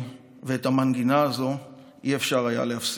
ואת המנגינה הזאת אי-אפשר היה להפסיק.